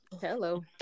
Hello